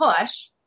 push